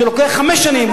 שלוקח חמש שנים,